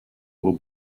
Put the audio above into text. will